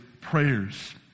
prayers